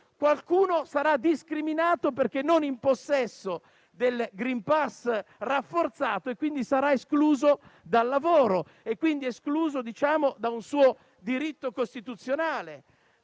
qualcuno sarà discriminato, perché non in possesso del *green pass* rafforzato, e quindi sarà escluso dal lavoro, da un suo diritto costituzionale.